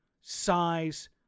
size